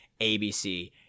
abc